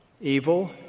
Evil